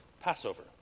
Passover